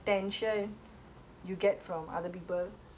you ask me when you were young